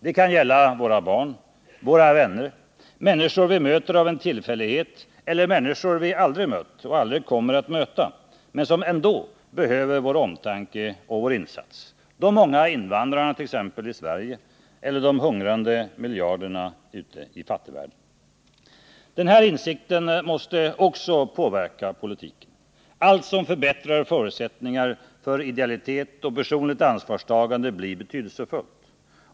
Det kan gälla våra barn, våra vänner, människor vi möter av en tillfällighet eller människor vi aldrig har mött och aldrig kommer att möta men som ändå behöver vår omtanke och vår insats, t.ex. de många invandrarna i Sverige eller de hungrande miljarderna i fattigvärlden. Den här insikten måste också påverka politiken. Allt som förbättrar förutsättningarna för idealitet och personligt ansvarstagande blir betydelsefullt.